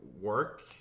work